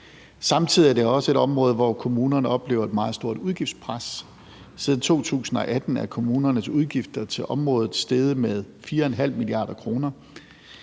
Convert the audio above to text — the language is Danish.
Samtidig er det også et område, hvor kommunerne oplever et meget stort udgiftspres. Siden 2018 er kommunernes udgifter til området steget med 4,5 mia. kr.